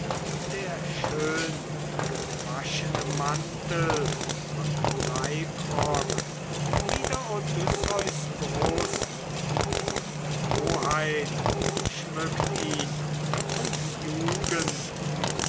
der schöngewaschene mantel und leibrock wieder odysseus brust und hoheit schmückt ihn und jugend